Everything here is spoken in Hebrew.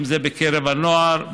אם זה בקרב הנוער,